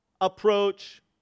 approach